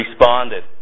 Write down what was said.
responded